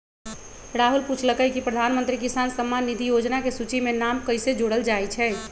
राहुल पूछलकई कि प्रधानमंत्री किसान सम्मान निधि योजना के सूची में नाम कईसे जोरल जाई छई